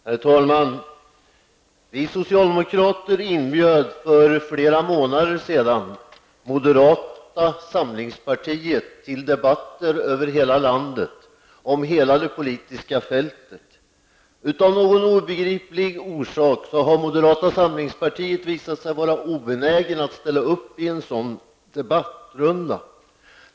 Herr talman! Vi socialdemokrater inbjöd för flera månader sedan moderata samlingspartiet till debatter över hela landet om hela det politiska fältet. Av någon obegriplig anledning har moderata samlingspartiet visat sig vara obenäget att ställa upp i en sådan debattrunda.